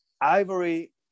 ivory